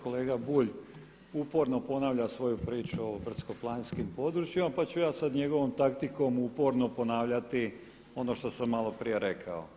Kolega Bulj uporno ponavlja svoju priču o brdsko-planinskim područjima pa ću ja sad njegovom taktikom uporno ponavljati ono što sam malo prije rekao.